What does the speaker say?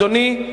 אדוני,